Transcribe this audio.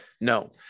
No